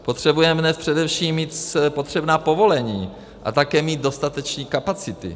Potřebujeme především mít potřebná povolení a také mít dostatečné kapacity.